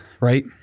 right